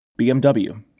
BMW